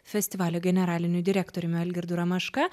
festivalio generaliniu direktoriumi algirdu ramaška